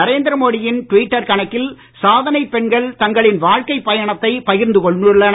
நரேந்திர மோடியின் ட்விட்டர் கணக்கில் சாதனைப் பெண்கள் தங்களின் வாழ்க்கைப் பயணத்தை பகிர்ந்து கொண்டுள்ளனர்